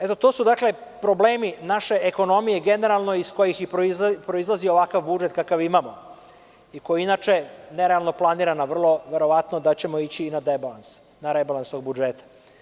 Eto, to su problemi naše ekonomije generalno, iz kojih proizlazi ovakav budžet kakav imamo i koji je, inače, nerealno planiran i vrlo verovatno da ćemo ići i na rebalans ovog budžeta.